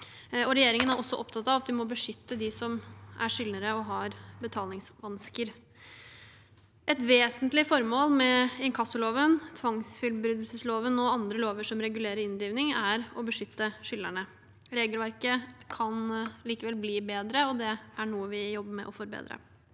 Regjeringen er opptatt av at vi må beskytte dem som er skyldnere og har betalingsvansker. Et vesentlig formål med inkassoloven, tvangsfullbyrdelsesloven og andre lover som regulerer inndriving, er å beskytte skyldnerne. Regelverket kan likevel bli bedre, og det er noe vi jobber med. Det er